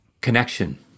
connection